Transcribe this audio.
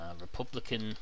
Republican